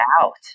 out